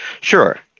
Sure